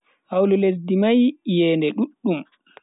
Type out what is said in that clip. Hawlu lesdi mai iyende duddum.